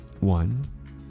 One